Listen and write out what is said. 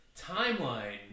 timeline